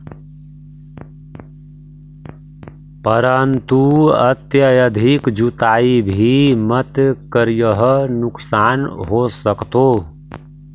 परंतु अत्यधिक जुताई भी मत करियह नुकसान हो सकतो